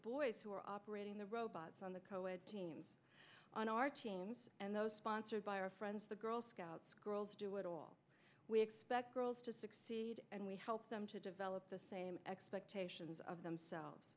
boys who are operating the robots on the coed team on our teams and those sponsored by our friends the girl scouts girls do it all we expect girls to succeed and we help them to develop the same expectations of themselves